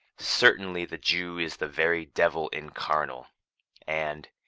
certainly the jew is the very devil incarnal and,